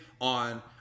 on